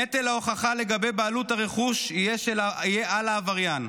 נטל ההוכחה לגבי בעלות על הרכוש יהיה על העבריין.